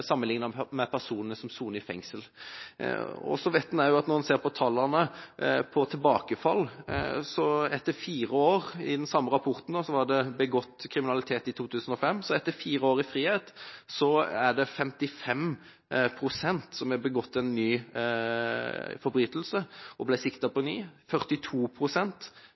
straff med elektronisk fotlenke og samfunnsstraff, i mindre grad mister kontakt med samfunnet og arbeidslivet sammenliknet med personer som soner i fengsel. Hvis en ser på tallene for tilbakefall i den samme rapporten, fra 2005, var det etter fire år i frihet 55 pst. som hadde begått en ny forbrytelse og ble siktet på